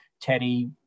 Teddy